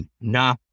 nah